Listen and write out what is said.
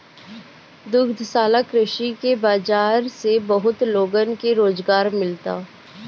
दुग्धशाला कृषि के बाजार से बहुत लोगन के रोजगार मिलता